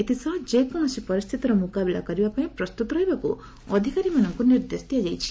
ଏଥିସହ ଯେକୌଣସି ପରିସ୍ଥିତିର ମୁକାବିଲା କରିବା ପାଇଁ ପ୍ରସ୍ତୁତ ରହିବାକୁ ଅଧିକାରୀମାନଙ୍କୁ ନିର୍ଦ୍ଦେଶ ଦିଆଯାଇଛି